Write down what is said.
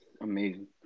Amazing